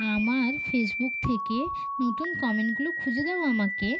আমার ফেসবুক থেকে নতুন কমেন্টগুলো খুঁজে দাও আমাকে